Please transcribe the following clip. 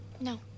No